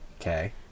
Okay